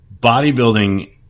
bodybuilding